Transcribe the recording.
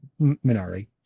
Minari